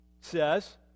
says